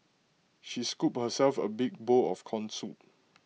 she scooped herself A big bowl of Corn Soup